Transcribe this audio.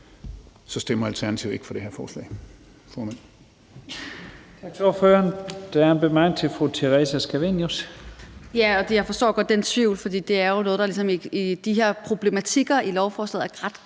stemmer Alternativet ikke for det her forslag.